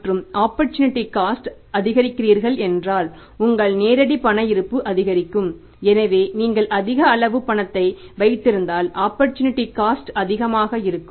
மற்றும் opportunity cost அதிகமாக இருக்கும்